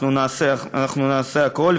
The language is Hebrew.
נעשה הכול.